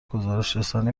گزارشرسانی